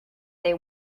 they